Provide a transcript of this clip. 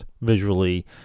Visually